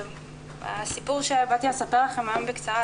הסיפור שבאתי לספר לכם היום בקצרה,